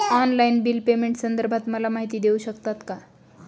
Online bill पेमेंटसंदर्भात मला माहिती देऊ शकतात का?